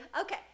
Okay